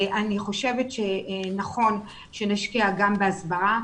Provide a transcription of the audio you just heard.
אני חושבת שנכון שנשקיע גם בהסברה.